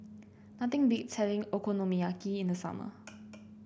nothing beats having Okonomiyaki in the summer